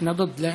אנחנו מתנגדים,